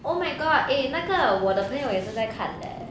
oh my god eh 那个我的朋友也是在看 leh